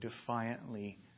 defiantly